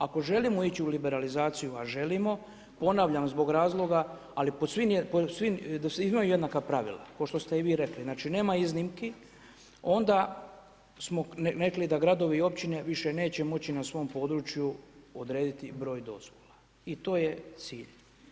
Ako želimo ići u liberalizaciju, a želimo, ponavljam zbog razloga ali da svi imaju jednaka pravila, ko što ste i vi rekli znači nema iznimki onda smo rekli da gradovi i općine više neće moći na svom području odrediti broj dozvola i to je cilj.